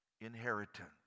inheritance